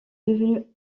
devenus